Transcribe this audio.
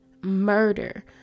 murder